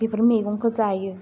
बेफोर मैगंखौ जायो